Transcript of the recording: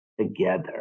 together